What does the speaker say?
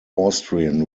austrian